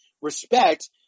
respect